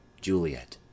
Juliet